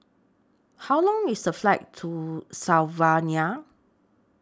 How Long IS The Flight to Slovenia